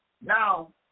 Now